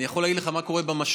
אני יכול להגיד לך מה קורה במשל"ט.